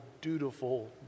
dutiful